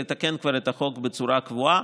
לתקן כבר את החוק בצורה קבועה.